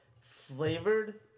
flavored